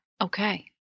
Okay